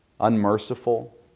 unmerciful